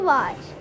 watch